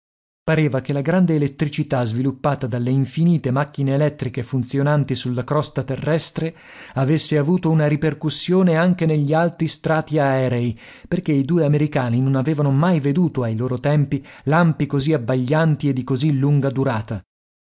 pareva che la grande elettricità sviluppata dalle infinite macchine elettriche funzionanti sulla crosta terrestre avesse avuto una ripercussione anche negli alti strati aerei perché i due americani non avevano mai veduto ai loro tempi lampi così abbaglianti e di così lunga durata